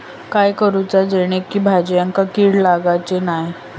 काय करूचा जेणेकी भाजायेंका किडे लागाचे नाय?